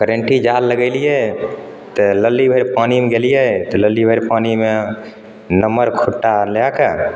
करेंटी जाल लगेलिए तऽ लल्ली भरि पानिमे गेलिए तऽ लल्ली भरि पानिमे नम्हर खूट्टा आर लैके